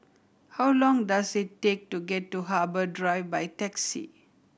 how long does it take to get to Harbour Drive by taxi